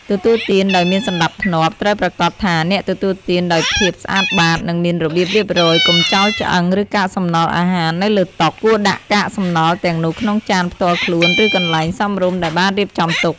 ទទួលទានដោយមានសណ្ដាប់ធ្នាប់ត្រូវប្រាកដថាអ្នកទទួលទានដោយភាពស្អាតបាត និងមានរបៀបរៀបរយ កុំចោលឆ្អឹង ឬកាកសំណល់អាហារនៅលើតុ គួរដាក់កាកសំណល់ទាំងនោះក្នុងចានផ្ទាល់ខ្លួន ឬកន្លែងសមរម្យដែលបានរៀបចំទុក។